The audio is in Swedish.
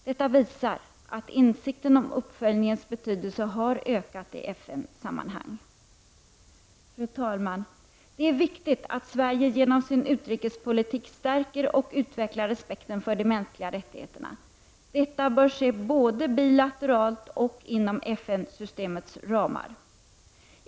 Detta visar att insikten om uppföljningens betydelse har ökat i FN-sammanhang. Fru talman! Det är viktigt att Sverige genom sin utrikespolitik stärker och utvecklar respekten för de mänskliga rättigheterna. Detta bör ske både bilateralt och inom FN-systemets ramar.